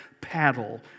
paddle